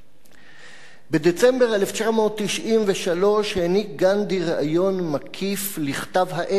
בדצמבר 1993 העניק גנדי ריאיון מקיף לכתב העת "סביבות"